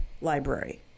library